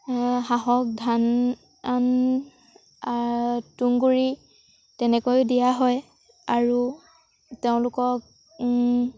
হাঁহক ধান ধান তুঁহগুড়ি তেনেকৈয়ো দিয়া হয় আৰু তেওঁলোকক